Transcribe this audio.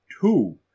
two